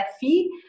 fee